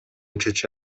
чече